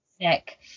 sick